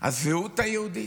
הזהות היהודית.